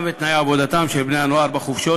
ואת תנאי עבודתם של בני-הנוער בחופשות.